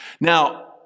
Now